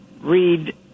read